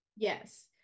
Yes